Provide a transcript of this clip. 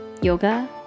yoga